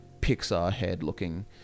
Pixar-head-looking